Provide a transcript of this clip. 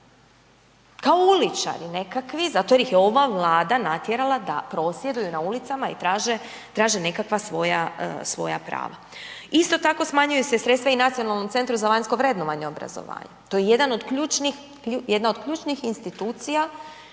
kao uličari nekakvi zato jer ih je ova Vlada natjerala da prosvjeduju na ulicama i traže, traže nekakva svoja, svoja prava. Isto tako smanjuju se i sredstva i Nacionalnom centru za vanjsko vrednovanje obrazovanja, to je jedan od ključnih, jedna